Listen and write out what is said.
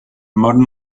modern